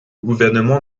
gouvernement